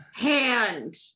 hand